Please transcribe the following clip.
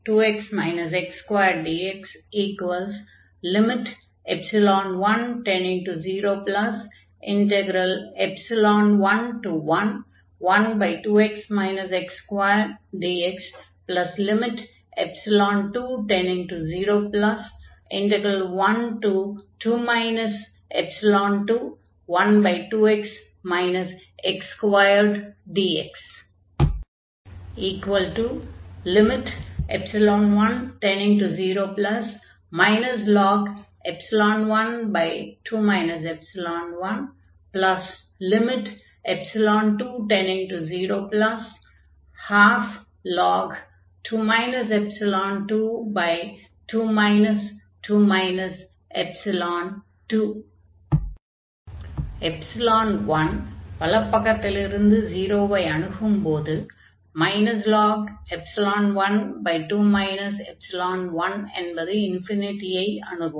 0212x x2dx101112x x2 dx 2012 ϵ212x x2dx 102012ln 2 22 1 வலப்பக்கத்திலிருந்து 0 வை அணுகும் போது ln12 1 என்பது ஐ அணுகும்